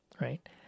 right